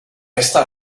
esta